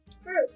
Fruit